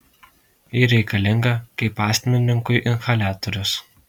ji reikalinga kaip astmininkui inhaliatorius